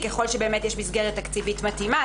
ככל שבאמת יש מסגרת תקציבית מתאימה.